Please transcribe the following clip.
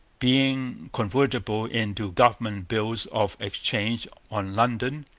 being convertible into government bills of exchange on london,